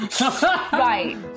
Right